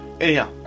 Anyhow